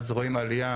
ואז רואים עלייה